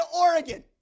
Oregon